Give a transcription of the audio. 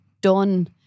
done